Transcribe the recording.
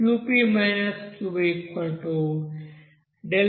Qp-QvnRT